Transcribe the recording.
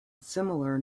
similar